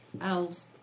elves